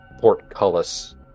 portcullis